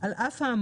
על אף האמור,